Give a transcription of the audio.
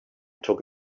took